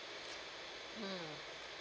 mm